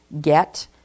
get